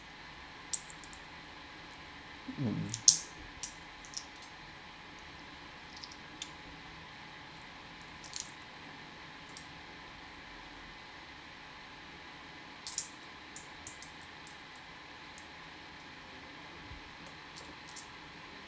mm